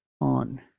on